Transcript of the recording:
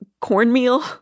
cornmeal